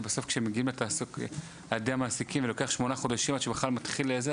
שבסוף שמגיעים למעסיקים ולוקח שמונה חודשים עד שבכלל מתחיל זה,